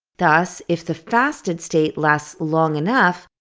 thus, if the fasted state lasts long enough,